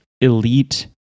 elite